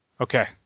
Okay